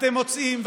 אתם מוצאים,